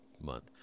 month